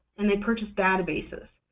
and they purchase databases.